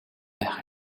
байх